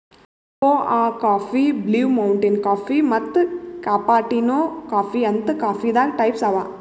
ಕೋಆ coffee, Blue Mountain coffee ಮತ್ತ್ cappuccino coffee ಅಂತ್ ಕಾಫೀದಾಗ್ ಟೈಪ್ಸ್ ಅವಾ